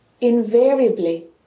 invariably